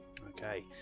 Okay